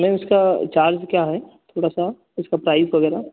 ma'am उसका charge क्या है थोड़ा सा उसका प्राइस वगैरह